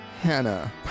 Hannah